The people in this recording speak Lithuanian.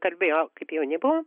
kalbėjo kaip jauni buvom